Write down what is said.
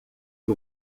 que